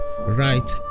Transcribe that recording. right